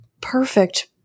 Perfect